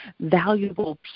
valuable